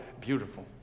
beautiful